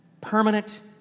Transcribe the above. permanent